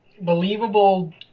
believable